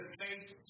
face